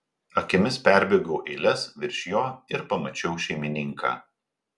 akimis perbėgau eiles virš jo ir pamačiau šeimininką